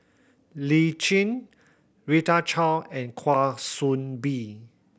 Lee Tjin Rita Chao and Kwa Soon Bee